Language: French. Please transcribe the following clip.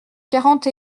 quarante